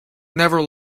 never